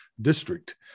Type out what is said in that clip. district